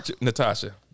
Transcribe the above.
Natasha